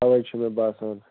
اَوے چھُ مےٚ باسان